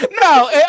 No